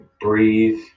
breathe